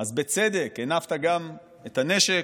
אז בצדק הנפת גם את הנשק.